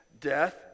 death